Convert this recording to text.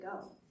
go